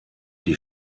die